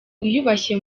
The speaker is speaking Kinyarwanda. wiyubashye